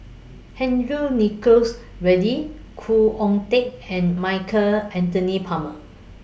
Henry Nicholas Ridley Khoo Oon Teik and Michael Anthony Palmer